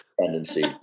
tendency